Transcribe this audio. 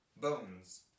Bones